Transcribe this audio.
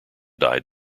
died